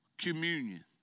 Communion